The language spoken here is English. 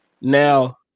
Now